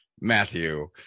matthew